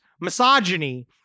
misogyny